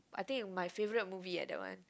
I think my favourite movie eh that one